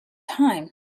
time